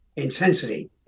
intensity